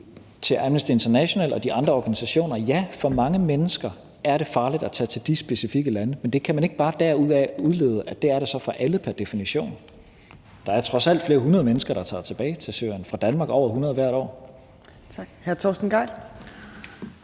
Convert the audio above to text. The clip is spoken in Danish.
om Amnesty International og de andre organisationer vil jeg sige, at ja, for mange mennesker er det farligt at tage til de specifikke lande, men derudaf kan man ikke bare udlede, at det så er for alle pr. definition. Der er trods alt flere hundrede mennesker, der tager tilbage til Syrien fra Danmark – over 100 hvert år.